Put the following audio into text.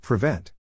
Prevent